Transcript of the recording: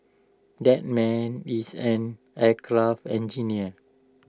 that man is an aircraft engineer